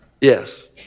Yes